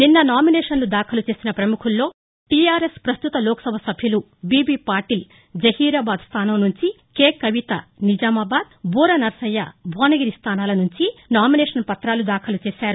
నిన్న నామినేషన్లు దాఖలు చేసిన పముఖుల్లో టీఆర్ఎస్ పస్తుత లోక్సభ సభ్యులు జహీరాబాద్ స్థాసంనుంచి కవిత నిజామాబాద్ బూర నర్సయ్య భోనగిరి స్థానాల నుంచి నామినేషన్ పత్రాలు దాఖలుచేశారు